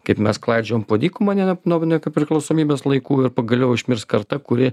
kaip mes klaidžiojom po dykumą ne nuok nepriklausomybės laikų ir pagaliau išmirs karta kuri